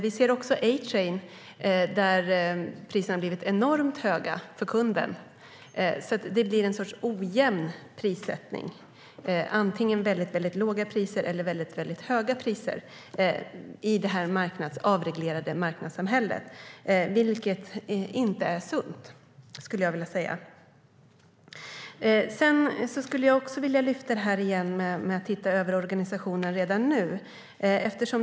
Vi ser också A-Train, där priserna har blivit enormt höga för kunden. Det blir en sorts ojämn prissättning: antingen väldigt låga eller väldigt höga priser i detta samhälle med avreglerade marknader. Det är inte sunt, skulle jag vilja säga. Jag skulle vilja lyfta fram det här med att titta över organisationen redan nu.